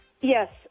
Yes